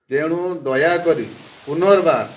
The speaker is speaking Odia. ତେଣୁ ଦୟାକରି ପୁନର୍ବାର